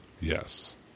Yes